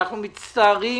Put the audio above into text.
אנחנו מצטערים